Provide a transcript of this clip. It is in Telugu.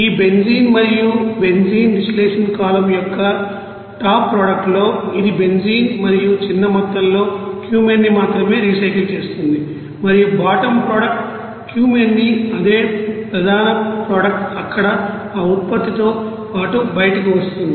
ఈ బెంజీన్ మరియు బెంజీన్ డిస్టిలేషన్ కాలమ్ యొక్క టాప్ ప్రొడక్ట్ లో ఇది బెంజీన్ మరియు చిన్న మొత్తంలో క్యూమెన్ ని మాత్రమే రీసైకిల్ చేస్తుంది మరియు బాటమ్ ప్రొడక్ట్ క్యుమెనీ అనే ప్రధాన ప్రొడక్ట్ అక్కడ ఆ ఉప ఉత్పత్తితో పాటు బయటకు వస్తుంది